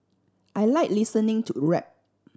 I like listening to rap